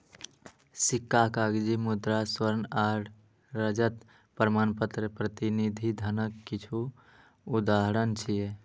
सिक्का, कागजी मुद्रा, स्वर्ण आ रजत प्रमाणपत्र प्रतिनिधि धनक किछु उदाहरण छियै